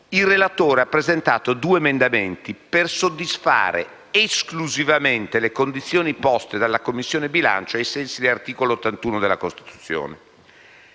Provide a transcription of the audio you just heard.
il relatore ha presentato due emendamenti per soddisfare esclusivamente le condizioni poste dalla Commissione bilancio ai sensi dell'articolo 81 della Costituzione.